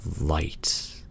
light